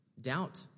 doubt